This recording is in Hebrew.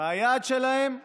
והיעד שלהם: